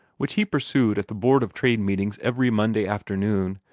which he pursued at the board of trade meetings every monday afternoon,